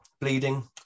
bleeding